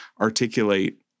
articulate